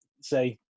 say